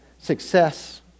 success